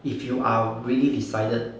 if you are really decided